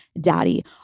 Daddy